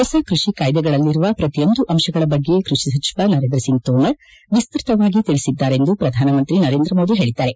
ಹೊಸ ಕೃಷಿ ಕಾಯ್ದೆಗಳಲ್ಲಿರುವ ಪ್ರತಿಯೊಂದು ಅಂಶಗಳ ಬಗ್ಗೆ ಕೃಷಿ ಸಚಿವ ನರೇಂದ್ರಸಿಂಗ್ ತೋಮರ್ ವಿಸ್ತ್ರತವಾಗಿ ತಿಳಿಸಿದ್ದಾರೆಂದು ಪ್ರಧಾನಮಂತ್ರಿ ನರೇಂದ್ರಮೋದಿ ಹೇಳಿದ್ದಾರೆ